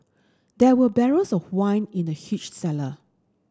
there were barrels of wine in the huge cellar